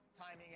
timing